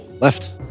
left